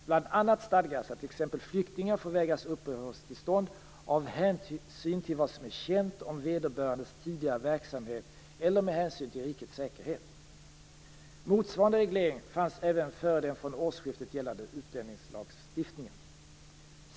Bl.a. stadgas att t.ex. flyktingar får vägras uppehållstillstånd av hänsyn till vad som är känt om vederbörandes tidigare verksamhet eller med hänsyn till rikets säkerhet. Motsvarande reglering fanns även före den från årsskiftet gällande utlänningslagstiftningen.